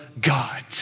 God